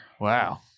Wow